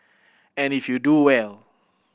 and if you do well